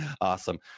Awesome